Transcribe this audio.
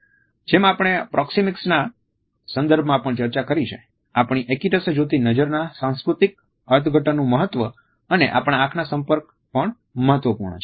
જેમ આપણે પ્રોક્સિમીક્સના સંદર્ભમાં પણ ચર્ચા કરી છે આપણી એક્કિટશે જોતી નજરના સાંસ્કૃતિક અર્થઘટનનું મહત્વ અને આપણા આંખ ના સંપર્ક પણ મહત્વપૂર્ણ છે